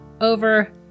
over